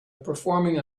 performing